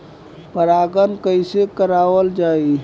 परागण कइसे करावल जाई?